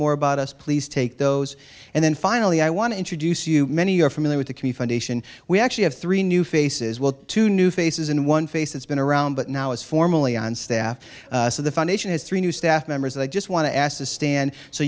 more about us please take those and then finally i want to introduce you many are familiar with the commute foundation we actually have three new faces well two new faces in on face it's been around but now is formally on staff so the foundation has three new staff members they just want to ask to stand so